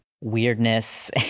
weirdness